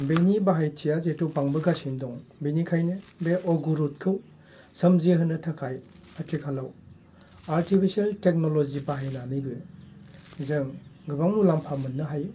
बेनि बाहायथिया जेथु बांबोगासिनो दङ बिनिखायनो बे अगरुखौ सोमजि होनो थाखाय आथिखालाव आर्टिफिसियेल टेकनलजि बाहायनानैबो जों गोबां मुलामफा मोननो हायो